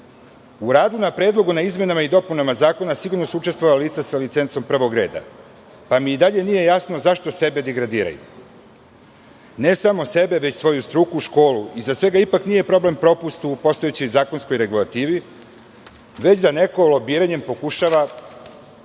radu na Predlogu o izmenama i dopunama zakona su sigurno učestvovala lica sa licencom prvog reda, pa mi i dalje nije jasno zašto se degradiraju, ne samo sebe već i svoju struku, školu? Iza svega ipak nije problem propust u postojećoj zakonskoj regulativi, već da neko lobiranjem pokušava